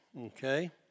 Okay